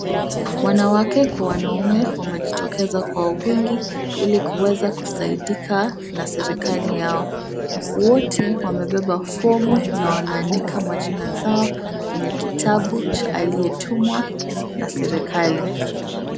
Wanawake kwa wanaume wamejitokeza kwa wingi ili kuweza kusaidika na serikali yao. Wote wamebeba fomu na wanaandika majina zao kwenye kitabu cha aliyetumwa na serikali.